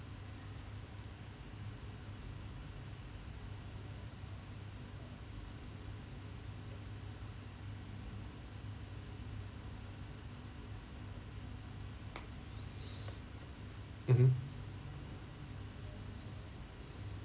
mmhmm